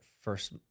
first